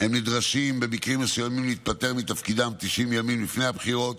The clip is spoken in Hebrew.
נדרשים במקרים מסוימים להתפטר מתפקידם 90 ימים לפני הבחירות,